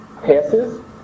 passes